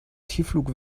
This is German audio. tiefflug